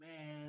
man